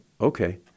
okay